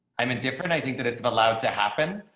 i'm in different. i think that it's allowed to happen.